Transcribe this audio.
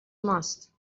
ماست